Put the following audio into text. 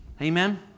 Amen